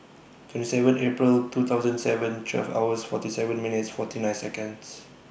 twenty seven April two thousand and seven twelve hours forty seven minutes forty nine Seconds